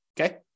okay